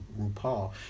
RuPaul